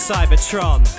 Cybertron